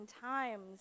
times